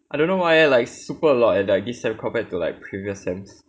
I don't know why like super a lot leh like this sem compared to previous sems